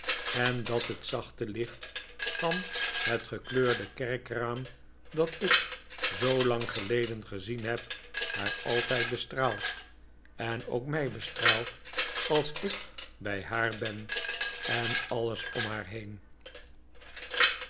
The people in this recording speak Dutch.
en dat het zachte licht van het gekleurde kerkraam dat ik zoolang geleden gezien heb haar altijd bestraalt en ook mij bestraalt als ik bij haar ben en alles om haar heen